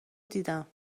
دیدم